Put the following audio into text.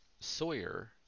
Sawyer